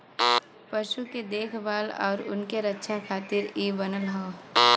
पशु के देखभाल आउर उनके रक्षा खातिर इ बनल हौ